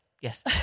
yes